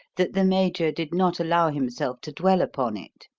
that the major did not allow himself to dwell upon it.